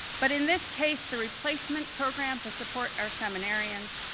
but in this case, the replacement program to support or seminarians,